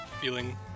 feeling